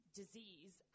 disease